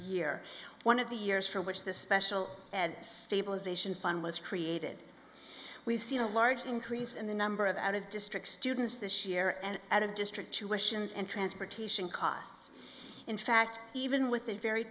here one of the years for which this special ed stabilization fund was created we've seen a large increase in the number of out of district students this year and out of district tuitions and transportation costs in fact even with the very